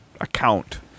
account